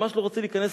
ממש לא רוצה להיכנס,